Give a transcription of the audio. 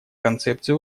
концепции